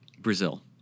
Brazil